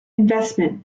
investment